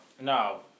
No